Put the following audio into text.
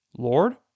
Lord